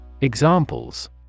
Examples